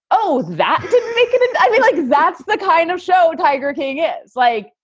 oh, that didn't make it. i mean, like that's the kind of show tiger king is like.